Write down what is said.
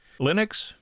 Linux